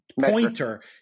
pointer